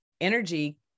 energy